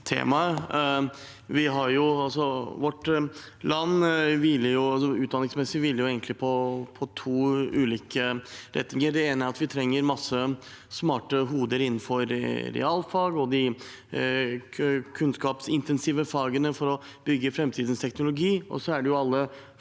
Vårt land hviler utdanningsmessig egentlig på to ulike retninger. Den ene er at vi trenger mange smarte hoder innenfor realfag og de kunnskapsintensive fagene for å bygge framtidens teknologi,